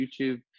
YouTube